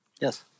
Yes